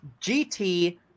GT